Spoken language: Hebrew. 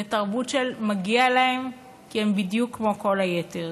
לתרבות של "מגיע להם כי הם בדיוק כמו כל היתר".